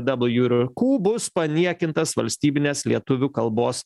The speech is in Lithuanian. dabalju ir ku bus paniekintas valstybinės lietuvių kalbos